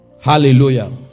hallelujah